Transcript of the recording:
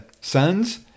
sons